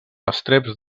estreps